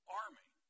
army